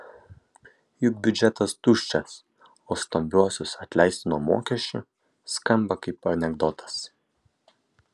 juk biudžetas tuščias o stambiuosius atleisti nuo mokesčių skamba kaip anekdotas